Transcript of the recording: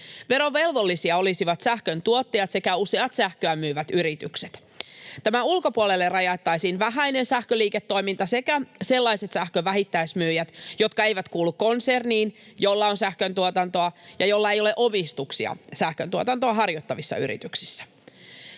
Verovelvollisia olisivat sähköntuottajat sekä useat sähköä myyvät yritykset. Tämän ulkopuolelle rajattaisiin vähäinen sähköliiketoiminta sekä sellaiset sähkön vähittäismyyjät, jotka eivät kuulu konserniin, jolla on sähköntuotantoa, ja joilla ei ole omistuksia sähköntuotantoa harjoittavissa yrityksissä.